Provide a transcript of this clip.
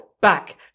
Back